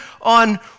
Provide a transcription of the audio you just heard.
on